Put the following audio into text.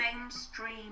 mainstream